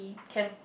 can